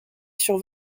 sur